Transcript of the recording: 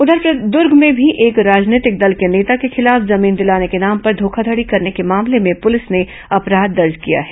उधर दूर्ग में भी एक राजनीतिक दल के नेता के खिलाफ जमीन दिलाने के नाम पर धोखाधड़ी करने के मामले में पुलिस ने अपराध दर्ज किया है